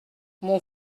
mon